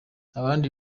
abandi